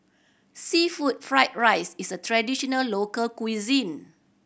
seafood fried rice is a traditional local cuisine